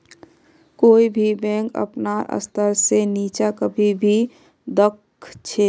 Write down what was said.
कोई भी बैंक अपनार स्तर से नीचा कभी नी दख छे